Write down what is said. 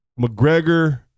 McGregor